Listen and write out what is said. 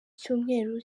cyumweru